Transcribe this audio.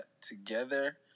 together